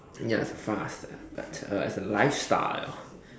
ya it's a fast but uh as a lifestyle